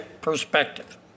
perspective